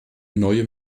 neue